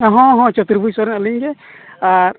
ᱦᱮᱸ ᱦᱮᱸ ᱪᱟᱹᱛᱩᱨᱵᱷᱩᱡᱽ ᱥᱚᱨᱮᱱ ᱟᱹᱞᱤᱧᱜᱮ ᱟᱨ